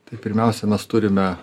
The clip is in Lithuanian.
tai pirmiausia mes turime